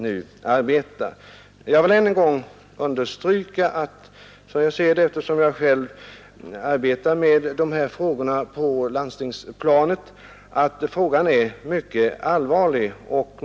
Eftersom jag själv arbetar inom detta område på landstingsplanet kan jag säga att den fråga som vi här diskuterar är mycket allvarlig.